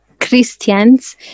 christians